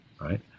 right